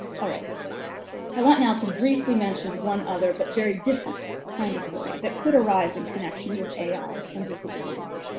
all right i want now to briefly mention one other but very different kind of worry that could arise in connection with ai and disability.